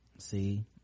see